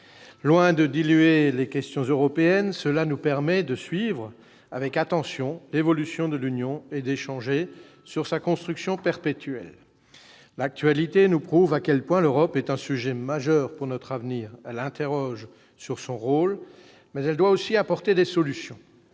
Loin de diluer les questions européennes, cela nous permet de suivre avec attention l'évolution de l'Union et d'échanger sur sa construction perpétuelle. L'actualité nous prouve à quel point l'Europe est un sujet majeur pour notre avenir ; elle questionne son rôle, même si l'Europe doit aussi apporter des solutions.